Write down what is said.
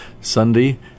Sunday